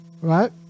right